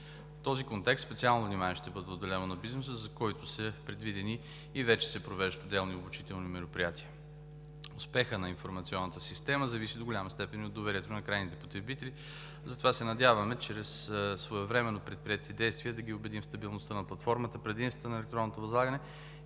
този контекст специално внимание ще бъде отделено на бизнеса, за който са предвидени и вече се провеждат отделни обучителни мероприятия. Успехът на Информационната система зависи до голяма степен и от доверието на крайните потребители, затова се надяваме чрез своевременно предприети действия да ги убедим в стабилността на платформата, в предимствата на електронното възлагане